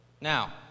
Now